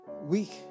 week